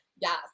Yes